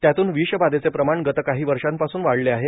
त्यातून विषबाधेचं प्रमाण गत काही वर्षापासून वाढले आहे